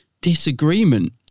disagreement